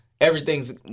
everything's